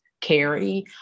carry